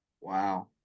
Wow